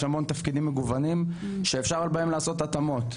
המון תפקידים מגוונים שאפשר בהם לעשות התאמות,